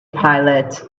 pilot